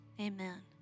Amen